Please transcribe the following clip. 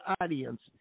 audience